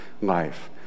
life